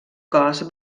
cos